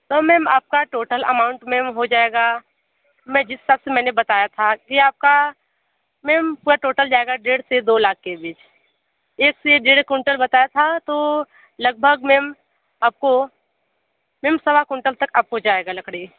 तो मैम आप का टोटल अमाउंट मैम हो जाएगा मैं जिस हिसाब से मैंने बताया था कि आप का मैम पूरा टोटल जाएगा डेढ़ से दो लाख के बीच एक से डेढ़ कुंटल बताया था तो लगभग मैम आप को मैम सवा कुंटल तक आप को जाएगा लकड़ी